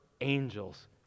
angels